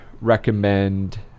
recommend